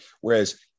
Whereas